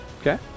Okay